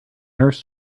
nurse